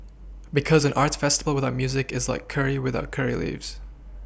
because an arts festival without music is like curry without curry leaves